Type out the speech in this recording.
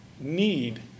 need